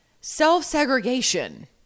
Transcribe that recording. self-segregation